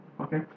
okay